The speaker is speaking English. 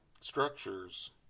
structures